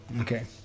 Okay